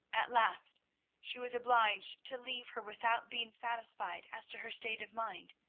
at last she was obliged to leave her without being satisfied as to her state of mind,